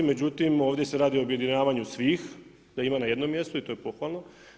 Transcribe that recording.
Međutim, ovdje se radi o objedinjavanju svih da ima na jednom mjestu i to je pohvalno.